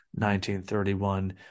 1931